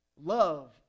Love